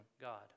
God